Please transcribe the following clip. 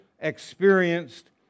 experienced